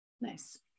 nice